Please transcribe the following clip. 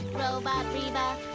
robot reba,